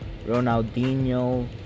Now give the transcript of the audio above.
Ronaldinho